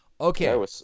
Okay